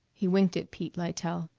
he winked at pete lytell.